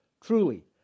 Truly